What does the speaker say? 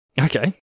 Okay